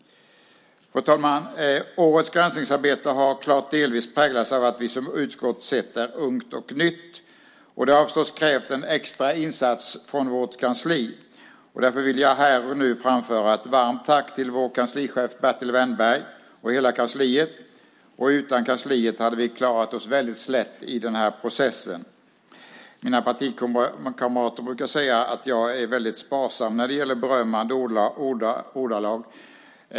Fru talman! Årets granskningsarbete har klart delvis präglats av att utskottet är ungt och nytt. Det har förstås krävt en extra insats från vårt kansli. Därför vill jag här och nu framföra ett varmt tack till vår kanslichef Bertil Wennberg och hela kansliet. Utan kansliet hade vi klarat oss väldigt slätt i processen. Mina partikamrater brukar säga att jag är väldigt sparsam när det gäller berömmande ordalag.